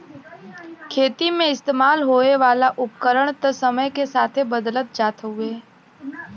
खेती मे इस्तेमाल होए वाला उपकरण त समय के साथे बदलत जात हउवे